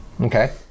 Okay